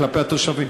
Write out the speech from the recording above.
כלפי התושבים?